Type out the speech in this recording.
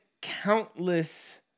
countless